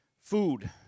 Food